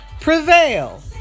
prevail